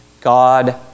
God